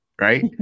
right